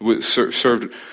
served